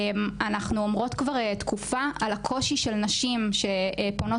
אנחנו מדברות כבר תקופה על נשים שפונות